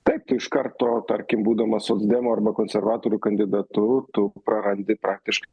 taip tai iš karto tarkim būdamas socdemų arba konservatorių kandidatu tu prarandi praktiškai